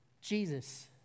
Jesus